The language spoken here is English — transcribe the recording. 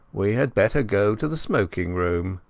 we had better go to the smoking-room